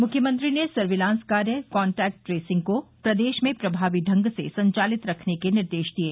मुख्यमंत्री ने सर्विलांस कार्य कान्टैक्ट ट्रेसिंग को प्रदेश में प्रभावी ढंग से संचालित रखने के निर्देश दिये